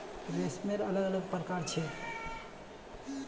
रेशमेर अलग अलग प्रकार छ